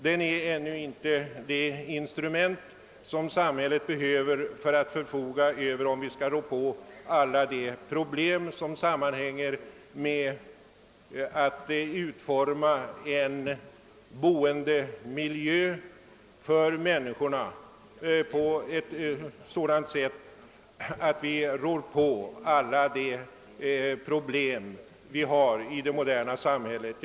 Den är ännu inte det instrument samhället behöver för att rå på alla de problem som sammanhänger med utformningen av människornas boendemiljö i det moderna samhället.